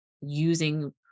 using